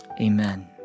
Amen